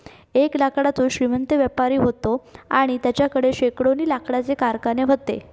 एक लाकडाचो श्रीमंत व्यापारी व्हतो आणि तेच्याकडे शेकडोनी लाकडाचे कारखाने व्हते